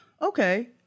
Okay